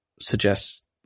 suggests